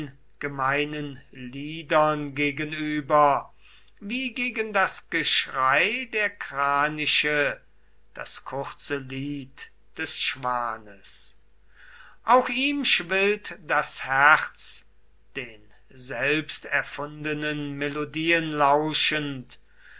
gemeinen liedern gegenüber wie gegen das geschrei der kraniche das kurze lied des schwanes auch ihm schwillt das herz den selbsterfundenen melodien lauschend